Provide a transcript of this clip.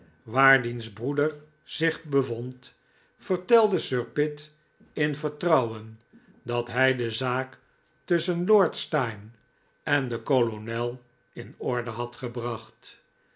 waar diens breeder zich bevond vertelde sir pitt in vertrouwen dat hij de zaak tusschen lord steyne en den kolonel in orde had gebracht